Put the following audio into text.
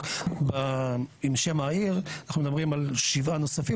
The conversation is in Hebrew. עם שם העיר אנחנו מדברים על שבעה נוספים,